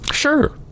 sure